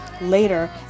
Later